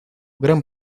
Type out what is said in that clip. gran